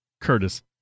Curtis